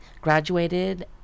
Graduated